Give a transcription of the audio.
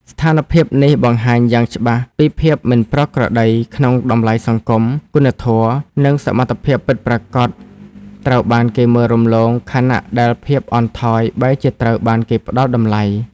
ស្ថានភាពនេះបង្ហាញយ៉ាងច្បាស់ពីភាពមិនប្រក្រតីក្នុងតម្លៃសង្គម គុណធម៌ និងសមត្ថភាពពិតប្រាកដត្រូវបានគេមើលរំលង ខណៈដែលភាពអន់ថយបែរជាត្រូវបានគេផ្តល់តម្លៃ។